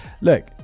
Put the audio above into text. look